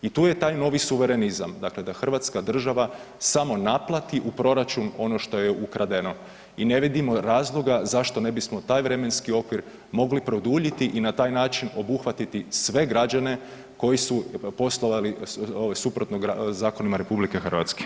I tu je taj novi suverenizam, dakle da hrvatska država samo naplati u proračun ono što je ukradeno i ne vidimo razloga zašto ne bismo taj vremenski okvir mogli produljiti i na taj način obuhvatiti sve građane koji su poslovali suprotno zakonima RH?